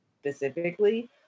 specifically